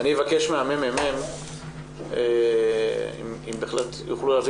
אני אבקש מהממ"מ אם יוכלו להביא